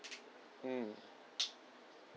mm